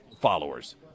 followers